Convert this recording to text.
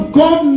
god